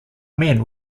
men